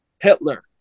Hitler